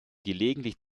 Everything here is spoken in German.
gelegentlich